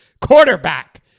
quarterback